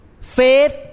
faith